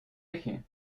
eje